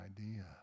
idea